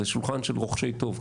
זה שולחן של רוחשי טוב,